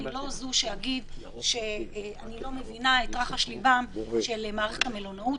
אני לא זו שאגיד שאני לא מבינה את רחשי ליבה של מערכת המלונאות,